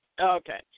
Okay